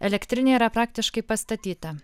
elektrinė yra praktiškai pastatyta